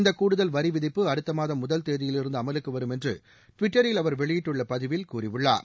இந்தக் கூடுதல் வரி விதிப்பு அடுத்த மாதம் முதல் தேதியிலிருந்து அமலுக்கு வரும் என்று ட்விட்டரில் அவர் வெளியிட்டுள்ள பதிவில் கூறியுள்ளார்